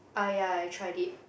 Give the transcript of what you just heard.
ah ya I tried it